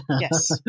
Yes